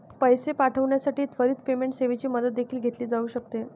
पैसे पाठविण्यासाठी त्वरित पेमेंट सेवेची मदत देखील घेतली जाऊ शकते